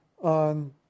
on